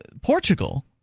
Portugal